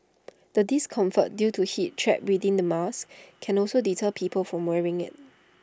the discomfort due to heat trapped within the mask can also deter people from wearing IT